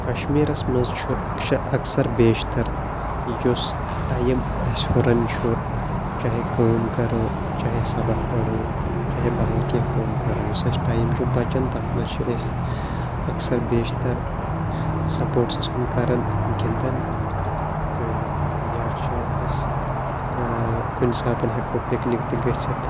کَشمیٖرَس منٛز چھُ اَکثَر بیشتَر یُس ٹایم اَسہِ ہُرَن چھُ چاہے کٲم کَرو چاہے سَبَق پَرو چاہے بَدَل کیٚنٛہہ کٲم کَرو یُس اَسہِ ٹایم چھُ بَچَن تَتھ منٛز چھِ أسۍ اَکثَر بیشتَر سَپورٹٕسَس کُن کَران گِنٛدان تہٕ یا چھِ أسۍ کُنہِ ساتہٕ ہیٚکو پِکنِک تہَِ گٔژھِتھ